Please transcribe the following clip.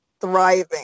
thriving